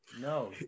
No